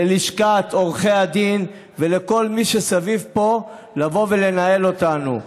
ללשכת עורכי הדין ולכל מי שמסביב פה לבוא ולנהל אותנו.